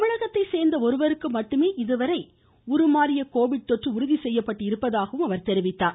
தமிழகத்தைச் சேர்ந்த ஒருவருக்கு மட்டுமே இதுவரை உருமாறிய கோவிட் தொற்று உறுதிசெய்யப்பட்டுள்ளதாக தெரிவித்தார்